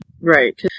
Right